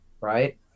Right